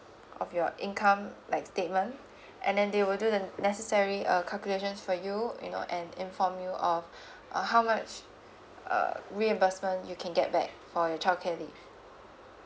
of your income like statement and then they will do the necessary a calculation for you you know and inform you of uh how much uh reimbursement you can get back for your childcare leave